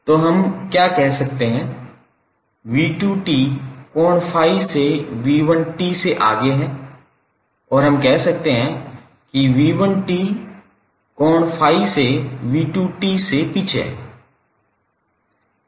तो हम क्या कह सकते हैं 𝑣2𝑡 कोण ∅ से 𝑣1𝑡 से आगे हैं या हम कह सकते हैं 𝑣1𝑡 कोण ∅ से 𝑣2𝑡 से पीछे हैं